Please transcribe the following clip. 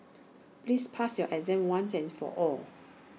please pass your exam once and for all